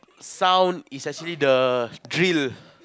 sound is actually the drill